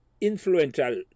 influential